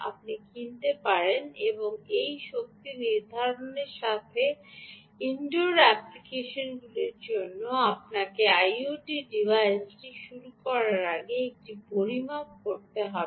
আপনি এটি কিনতে পারেন এবং একটি শক্তি নির্ধারণের সাথে ইনডোর অ্যাপ্লিকেশনগুলির জন্য আপনার আইওটি ডিভাইসটি শুরু করার আগে একটি পরিমাপ করতে পারেন